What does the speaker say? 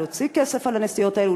להוציא כסף על הנסיעות האלה,